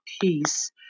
peace